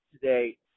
today